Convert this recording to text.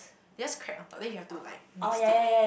they just cracked on top then you have to like mix it